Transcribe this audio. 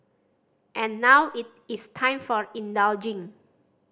and now it is time for indulging